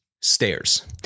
stairs